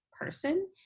person